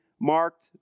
marked